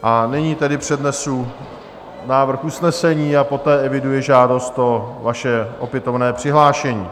A nyní tedy přednesu návrh usnesení a poté eviduji žádost o vaše opětovné přihlášení.